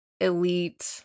elite